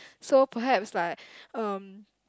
so perhaps like um